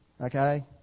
Okay